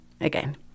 again